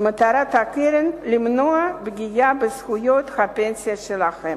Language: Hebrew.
ומטרת הקרן היא למנוע פגיעה בזכויות הפנסיה שלהם.